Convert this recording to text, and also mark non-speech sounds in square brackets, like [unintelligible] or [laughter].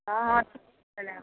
हँ [unintelligible]